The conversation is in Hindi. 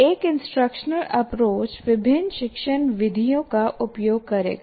एक इंस्ट्रक्शनल अप्रोच विभिन्न शिक्षण विधियों का उपयोग करेगा